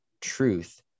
truth